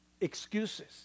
Excuses